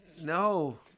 No